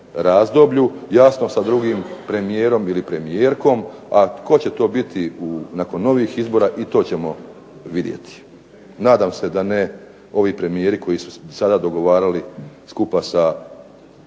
razdoblju, jasno sa drugim premijerom ili premijerkom, a tko će to biti nakon ovih izbora i to ćemo vidjeti. Nadam se da ne ovi premijeri koji su sada dogovarali skupa sa